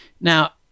Now